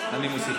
מצביעים